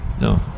No